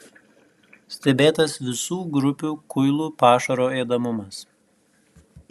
stebėtas visų grupių kuilių pašaro ėdamumas